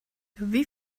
wie